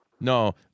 No